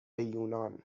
یونان